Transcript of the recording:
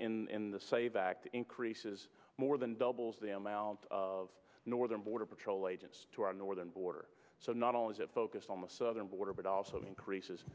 in the save act increases more than doubles the amount of northern border patrol agents to our northern border so not only is it focused on the southern border but also increases